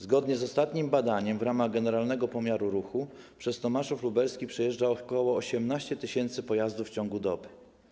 Zgodnie z ostatnim badaniem w ramach generalnego pomiaru ruchu przez Tomaszów Lubelski przejeżdża ok. 18 tys. pojazdów w ciągu doby.